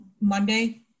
Monday